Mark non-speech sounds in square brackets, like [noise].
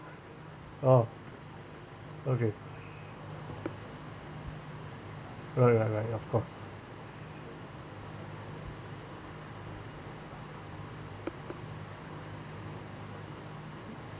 oh okay [breath] right right right of course [breath]